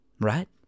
Right